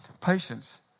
patience